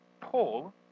Paul